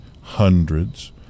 hundreds